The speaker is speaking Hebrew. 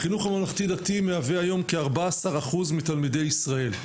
החינוך הממלכתי-דתי מהווה היום כ- 14% מתלמידי ישראל.